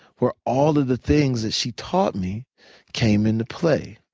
where all of the things that she taught me came into play.